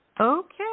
Okay